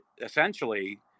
essentially